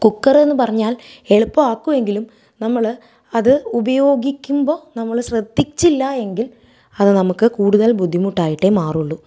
കുക്കറ്ന്ന് പറഞ്ഞാൽ എളുപ്പാക്കുവെങ്കിലും നമ്മൾ അത് ഉപയോഗിക്കുമ്പോൾ നമ്മൾ ശ്രദ്ധിച്ചില്ല എങ്കിൽ അത് നമുക്ക് കൂടുതൽ ബുദ്ധിമുട്ടായിട്ടേ മാറുള്ളു